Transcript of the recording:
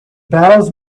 battles